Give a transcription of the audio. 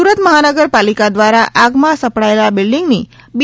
સુરત મહાનગરપાલિકા દ્વારા આગ માં સપડાયેલા બિલ્ડીંગ ની બી